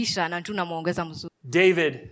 David